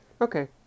Okay